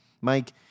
Mike